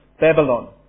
Babylon